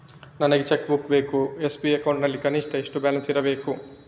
ನನಗೆ cheque book ಬೇಕು SB account ನಲ್ಲಿ ಕನಿಷ್ಠ ಎಷ್ಟು ಬ್ಯಾಲೆನ್ಸ್ ಇರಬೇಕು?